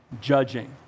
judging